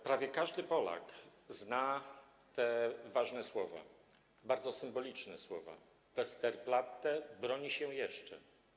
Prawie każdy Polak zna te ważne słowa, bardzo symboliczne słowa: Westerplatte broni się jeszcze.